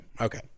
okay